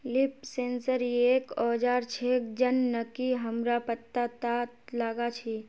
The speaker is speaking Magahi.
लीफ सेंसर एक औजार छेक जननकी हमरा पत्ततात लगा छी